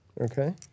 Okay